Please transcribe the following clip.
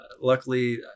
Luckily